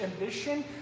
ambition